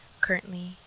currently